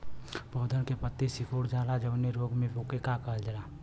पौधन के पतयी सीकुड़ जाला जवने रोग में वोके का कहल जाला?